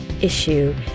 issue